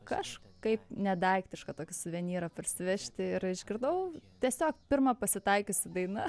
kažkaip nedaiktišką tokį suvenyrą parsivežti ir išgirdau tiesiog pirma pasitaikiusi daina